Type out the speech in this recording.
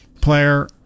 player